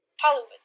Hollywood